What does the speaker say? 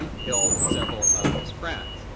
ah killed several of his friends.